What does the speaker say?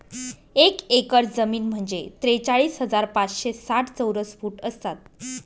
एक एकर जमीन म्हणजे त्रेचाळीस हजार पाचशे साठ चौरस फूट असतात